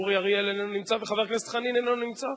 אורי אריאל איננו נמצא וחבר הכנסת חנין איננו נמצא.